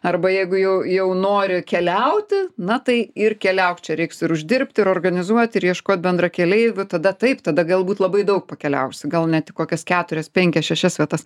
arba jeigu jau jau nori keliauti na tai ir keliauk čia reiks ir uždirbt ir organizuot ir ieškot bendrakeleivių tada taip tada galbūt labai daug pakeliausi gal net į kokias keturias penkias šešias vietas